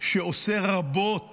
שעושה רבות